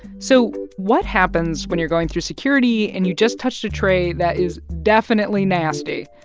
so what happens when you're going through security and you just touched a tray that is definitely nasty?